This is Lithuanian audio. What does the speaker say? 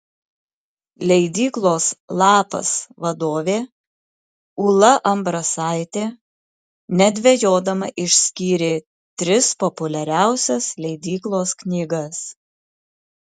leidyklos lapas vadovė ūla ambrasaitė nedvejodama išskyrė tris populiariausias leidyklos knygas